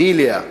מעיליא,